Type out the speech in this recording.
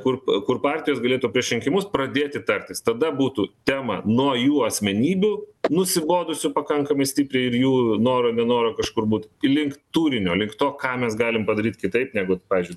kur kur partijos galėtų prieš rinkimus pradėti tartis tada būtų tema nuo jų asmenybių nusibodusių pakankamai stipriai ir jų noro nenoro kažkur būt link turinio link to ką mes galim padaryt kitaip negu pavyzdžiui